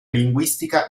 linguistica